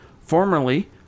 formerly